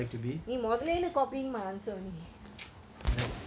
அட:ada multilingual is very err